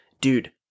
Dude